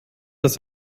das